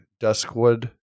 Duskwood